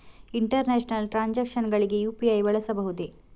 International transactions ಗಳಿಗೆ UPI ಬಳಸಬಹುದೇ?